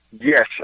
Yes